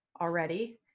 already